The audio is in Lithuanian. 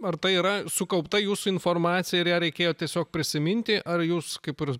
ar tai yra sukaupta jūsų informacija ir ją reikėjo tiesiog prisiminti ar jūs kaip ir